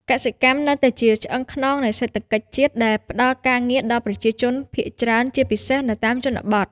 កសិកម្មនៅតែជាឆ្អឹងខ្នងនៃសេដ្ឋកិច្ចជាតិដែលផ្តល់ការងារដល់ប្រជាជនភាគច្រើនជាពិសេសនៅតាមជនបទ។